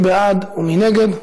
מי בעד ומי נגד?